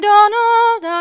Donald